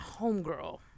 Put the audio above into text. homegirl